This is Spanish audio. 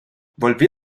volví